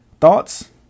Thoughts